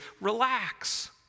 Relax